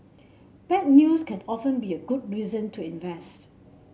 bad news can often be a good reason to invest